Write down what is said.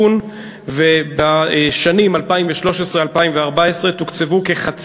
ובכן, ב-14 באפריל 2013, זה כבר